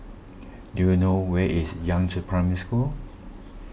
do you know where is Yangzheng Primary School